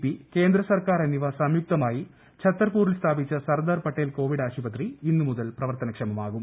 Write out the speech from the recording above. P കേന്ദ്ര സർക്കാർ എന്നിവ സംയുക്തമായി ഛത്തർപൂരിൽ സ്ഥാപിച്ച സർദാർ പട്ടേൽ കോവിഡ്ടു ആശുപത്രി ഇന്ന് മുതൽ പ്രവർത്തനക്ഷമമാകും